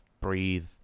breathe